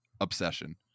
obsession